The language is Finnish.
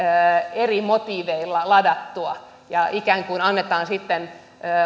eri motiiveilla ladattu ja ikään kuin annetaan sitten